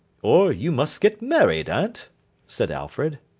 or you must get married, aunt said alfred.